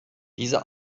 diese